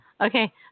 okay